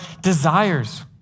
desires